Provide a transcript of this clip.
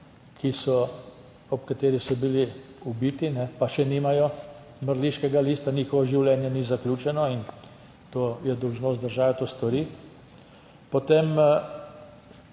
starosti, ob kateri so bili ubiti, pa še nimajo mrliškega lista, njihovo življenje ni zaključeno in to je dolžnost države, da to stori. Potem